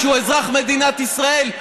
תודה שהוא אזרח מדינת ישראל,